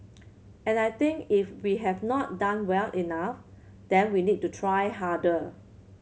and I think if we have not done well enough then we need to try harder